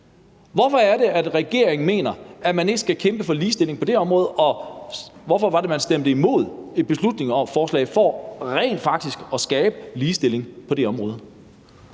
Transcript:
Hvorfor er det, at regeringen mener, at man ikke skal kæmpe for ligestilling på det område, og hvorfor var det, at man stemte imod et beslutningsforslag om rent faktisk at skabe ligestilling på det område?